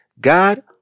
God